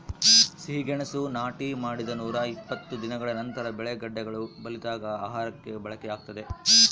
ಸಿಹಿಗೆಣಸು ನಾಟಿ ಮಾಡಿದ ನೂರಾಇಪ್ಪತ್ತು ದಿನಗಳ ನಂತರ ಬೆಳೆ ಗೆಡ್ಡೆಗಳು ಬಲಿತಾಗ ಆಹಾರಕ್ಕೆ ಬಳಕೆಯಾಗ್ತದೆ